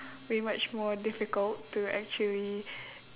way much more difficult to actually